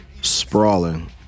sprawling